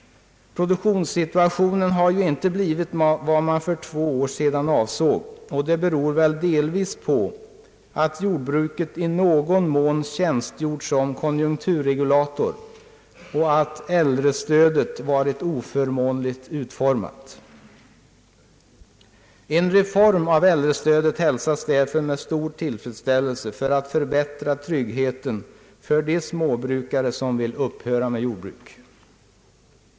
Produktionssituationen har ju inte blivit vad man för två år sedan avsåg, och det beror väl delvis på att jordbruket i någon mån tjänstgjort som konjunkturregulator och att äldrestödet varit oförmånligt utformat. En reform av äldrestödet hälsas med stor tillfredsställelse, eftersom man därigenom kan förbättra tryggheten för de småbrukare som vill upphöra med jordbruk.